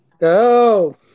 Go